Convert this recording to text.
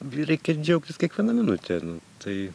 reikia džiaugtis kiekviena minute nu tai